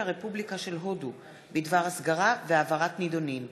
הרפובליקה של הודו בדבר הסגרה והעברת נידונים.